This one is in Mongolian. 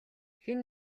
хэн